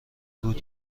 بود